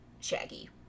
Shaggy